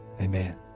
Amen